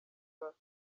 bashir